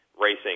racing